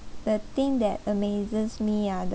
the thing that amazes me are the